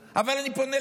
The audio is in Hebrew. אני לא רב,